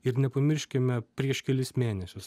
ir nepamirškime prieš kelis mėnesius